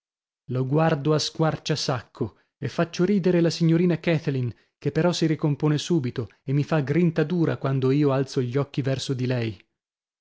lo guardo a squarciasacco e faccio ridere la signorina kathleen che però si ricompone subito e mi fa grinta dura quando io alzo gli occhi verso di lei